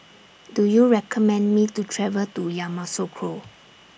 Do YOU recommend Me to travel to Yamoussoukro